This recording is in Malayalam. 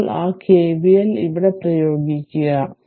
ഇപ്പോൾ ആ KV L ഇവിടെ പ്രയോഗിക്കുക